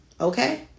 okay